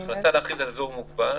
ההחלטה להכריז על אזור מוגבל